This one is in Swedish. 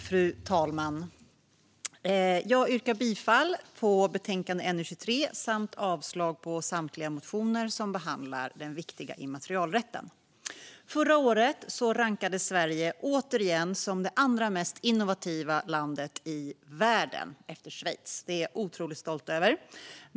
Fru talman! Jag yrkar bifall till utskottets förslag i betänkandet och avslag på samtliga motioner som behandlar den viktiga immaterialrätten. Förra året rankades Sverige återigen som det andra mest innovativa landet i världen efter Schweiz. Det är jag otroligt stolt över.